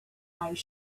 eyes